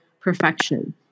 perfection